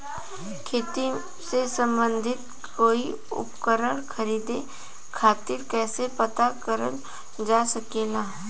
खेती से सम्बन्धित कोई उपकरण खरीदे खातीर कइसे पता करल जा सकेला?